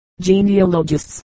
genealogists